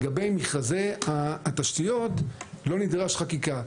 לגבי מכרזי התשתיות לא נדרשת חקיקה.